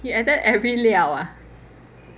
you added every 料 ah